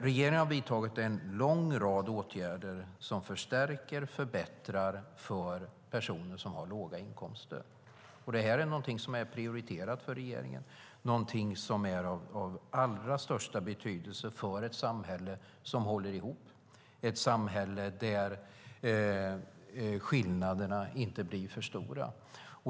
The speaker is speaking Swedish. Regeringen har vidtagit en lång rad åtgärder som förstärker och förbättrar för personer som har låga inkomster. Det är något som är prioriterat för regeringen och som är av allra största betydelse för ett samhälle som håller ihop, ett samhälle där skillnaderna inte blir för stora.